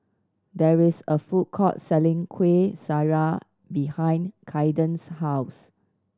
there is a food court selling Kuih Syara behind Kaiden's house